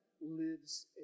lives